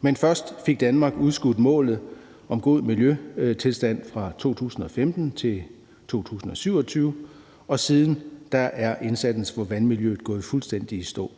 men først fik Danmark udskudt målet om god miljøtilstand fra 2015 til 2027, og siden er indsatsen for vandmiljøet gået fuldstændig i stå.